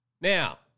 Now